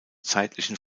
zeitlichen